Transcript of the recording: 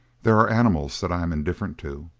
there are animals that i am indifferent to,